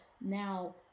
now